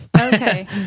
okay